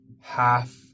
half